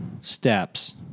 steps